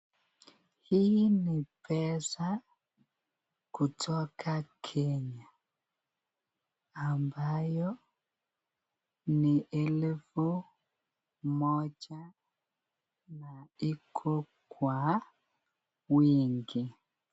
Hii ni pesa kutoka kenya ambayo ni elfu moja na iko kwa wingi.